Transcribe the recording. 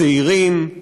צעירים.